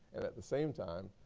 and at the same time,